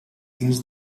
dins